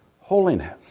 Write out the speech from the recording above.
holiness